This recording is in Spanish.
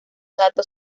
datos